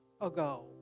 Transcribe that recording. ago